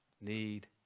need